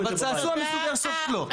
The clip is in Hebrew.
אבל צעצוע מסוג איירסופט לא.